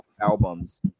albums